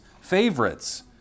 favorites